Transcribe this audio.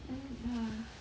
and then ah